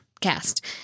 cast